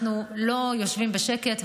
אנחנו לא יושבים בשקט,